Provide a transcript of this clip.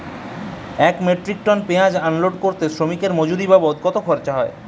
এক metric ton পেঁয়াজ unload করতে শ্রমিকের মজুরি বাবদ কত খরচ হয়?